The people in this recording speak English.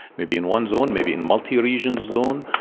maybe in one zone, maybe in multi-region zone.